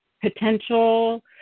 potential